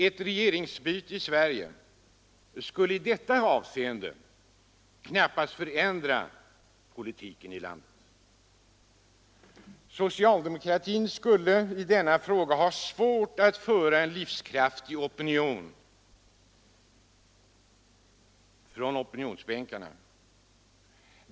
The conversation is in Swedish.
Ett regeringsbyte i Sverige skulle i detta avseende knappast förändra politiken i Sverige. Socialdemokratin skulle i denna fråga ha svårt att föra en livskraftig opposition.